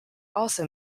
also